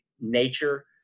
nature